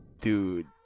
Dude